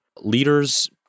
leaders